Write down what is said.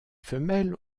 femelles